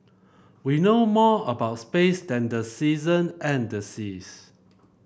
we know more about space than the season and the seas